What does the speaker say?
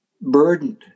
burdened